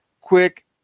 quick